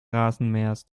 rasenmähers